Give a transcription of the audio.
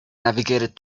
navigated